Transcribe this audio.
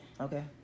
Okay